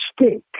stick